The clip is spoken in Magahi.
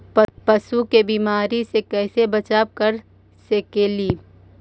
पशु के बीमारी से कैसे बचाब कर सेकेली?